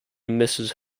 mrs